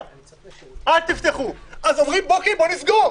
אז אומרים: אוקיי, בואו נסגור,